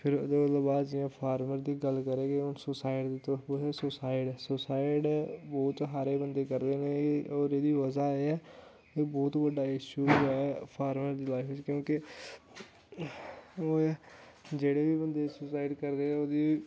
फिर ओह्दे कोला बाद च फार्मर दी गल्ल करगे हून सुसाइड गी तुस कु'त्थें सुसाइड ओह् ते हर इक बंदे करदे न ओह् एह्दी बजह एह् ऐ कि बहोत बड्डा इश्यू ऐ फार्मर दी लाइफ च क्योंकि ओह् एह् जेहड़े बी बंदे सुसाइड करदे ओह्दी